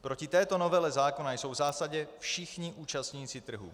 Proti této novele zákona jsou v zásadě všichni účastníci trhu.